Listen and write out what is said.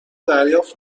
دریافت